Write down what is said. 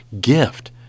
gift